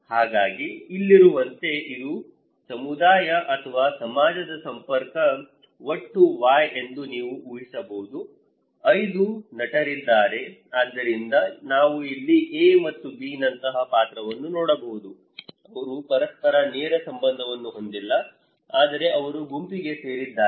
ಹಾಗಾಗಿ ಇಲ್ಲಿರುವಂತೆ ಇದು ಸಮುದಾಯ ಅಥವಾ ಸಮಾಜದ ಸಂಪರ್ಕ ಒಟ್ಟು Y ಎಂದು ನೀವು ಊಹಿಸಬಹುದು ಐದು ನಟರಿದ್ದಾರೆ ಆದ್ದರಿಂದ ನಾವು ಇಲ್ಲಿ A ಮತ್ತು B ನಂತಹ ಪಾತ್ರವನ್ನು ನೋಡಬಹುದು ಅವರು ಪರಸ್ಪರ ನೇರ ಸಂಬಂಧವನ್ನು ಹೊಂದಿಲ್ಲ ಆದರೆ ಅವರು ಗುಂಪಿಗೆ ಸೇರಿದ್ದಾರೆ